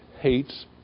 hates